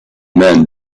men